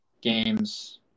Games